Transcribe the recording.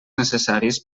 necessaris